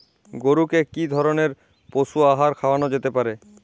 গরু কে কি ধরনের পশু আহার খাওয়ানো যেতে পারে?